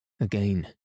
Again